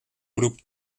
grupo